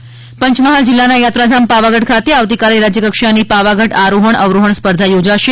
પાવાગઢ આરોહણ સ્પર્ધા પંચમહાલ જિલ્લાના યાત્રાધામ પાવાગઢ ખાતે આવતીકાલે રાજ્યકક્ષાની પાવાગઢ આરોહણ અવરોહણ સ્પર્ધા યોજાશે